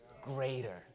greater